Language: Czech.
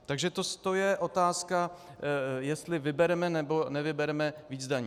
Takže to je otázka, jestli vybereme nebo nevybereme víc daní.